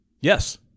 Yes